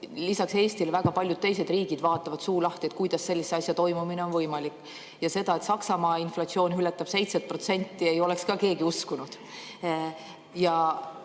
lisaks Eestile väga paljud teised riigid vaatavad suu lahti, kuidas sellise asja toimumine on võimalik. Ja seda, et Saksamaa inflatsioon ületab 7%, ei oleks ka keegi uskunud.